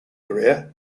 career